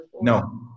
No